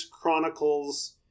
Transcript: Chronicles